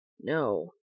No